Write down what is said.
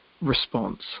response